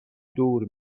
دور